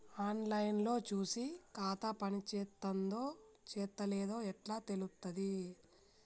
On line లో చూసి ఖాతా పనిచేత్తందో చేత్తలేదో ఎట్లా తెలుత్తది?